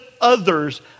others